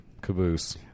caboose